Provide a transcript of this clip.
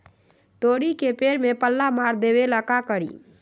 तोड़ी के पेड़ में पल्ला मार देबे ले का करी?